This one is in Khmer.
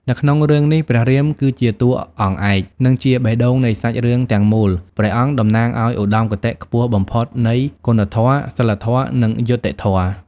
នៅក្នុងរឿងនេះ ព្រះរាម គឺជាតួអង្គឯក និងជាបេះដូងនៃសាច់រឿងទាំងមូលព្រះអង្គតំណាងឲ្យឧត្ដមគតិខ្ពស់បំផុតនៃគុណធម៌ សីលធម៌ និងយុត្តិធម៌ ។